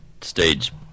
stage